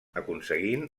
aconseguint